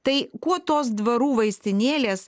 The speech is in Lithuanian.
tai kuo tos dvarų vaistinėlės